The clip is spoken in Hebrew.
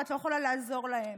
ואת לא יכולה לעזור להם".